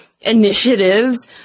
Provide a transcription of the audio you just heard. initiatives